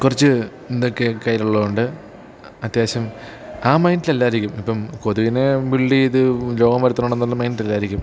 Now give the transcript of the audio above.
കുറച്ച് ഇന്തൊക്കെ കയ്യിലുള്ളതു കൊണ്ട് അത്യാവശ്യം ആ മൈൻഡിലല്ലായിരിക്കും ഇപ്പം കൊതുവിനെ ബിൽഡ് ചെയ്ത് രോഗം വരുത്തണമെന്നുള്ള മൈൻഡല്ലായിരിക്കും